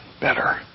better